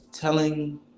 telling